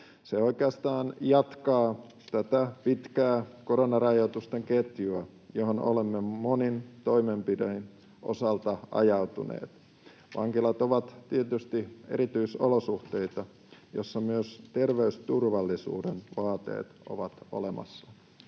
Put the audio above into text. Se oikeastaan jatkaa tätä pitkää koronarajoitusten ketjua, johon olemme monien toimenpiteiden osalta ajautuneet. Vankilat ovat tietysti erityisolosuhteita, joissa myös terveysturvallisuuden vaateet ovat olemassa.